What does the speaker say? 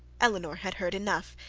elinor had heard enough,